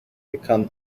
become